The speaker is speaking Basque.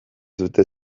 dute